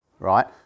right